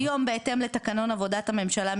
היום בהתאם לתקנון עבודת הממשלה,